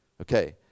Okay